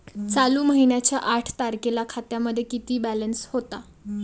चालू महिन्याच्या आठ तारखेला खात्यामध्ये किती बॅलन्स होता?